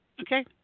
Okay